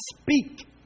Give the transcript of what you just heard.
speak